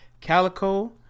Calico